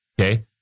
Okay